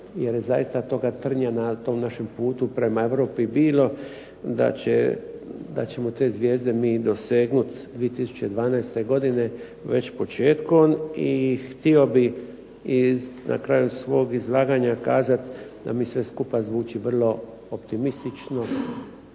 jer je zaista toga trnja na tom našem putu prema Europi bilo, da ćemo te zvijezde mi dosegnuti 2012. godine već početkom i htio bih iz na kraju svog izlaganja kazati da mi sve skupa zvuči vrlo optimistično,